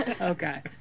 Okay